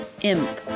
Imp